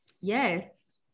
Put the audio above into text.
Yes